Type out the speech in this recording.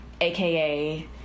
aka